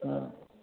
हॅं